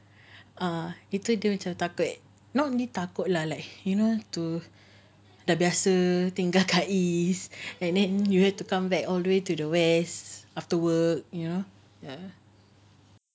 ah itu dia macam takut not really takut lah like you know too dah biasa tinggal kat east and then you have to come back all the way to the west afterwork ya